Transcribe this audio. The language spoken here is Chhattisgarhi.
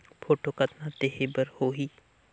फोटो कतना देहें बर होहि?